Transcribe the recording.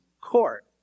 court